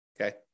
Okay